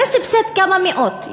זה סבסד כמה מאות,